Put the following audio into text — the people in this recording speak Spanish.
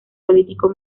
político